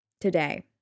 today